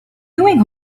doing